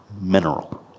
mineral